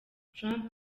trump